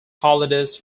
holidays